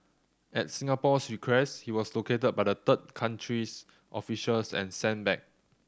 at Singapore's request he was located by the third country's officials and sent back